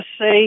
say